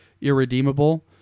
irredeemable